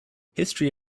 history